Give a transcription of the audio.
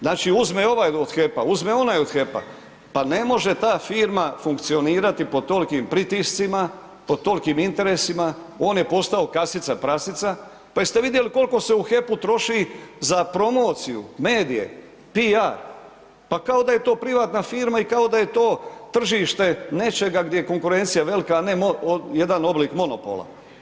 Znači uzme ovaj od HEP-a, uzme onaj od HEP-a pa ne može ta firma funkcionirati pod tolikim pritiscima, pod tolikim interesima, on je postao kasica prasica, pa jeste vidjeli koliko se u HEP-u troši za promociju, medije, PR, pa kao da je to privatna firma i kao da je to tržište nečega gdje je konkurencija velka, a ne jedan oblik monopola.